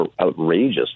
outrageous